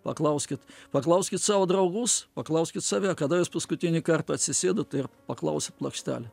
paklauskit paklauskit savo draugus paklauskit save kada jūs paskutinį kartą atsisėdot ir paklausėt plokštelę